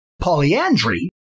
polyandry